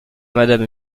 madame